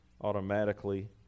automatically